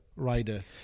Rider